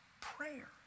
prayer